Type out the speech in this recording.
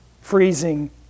freezing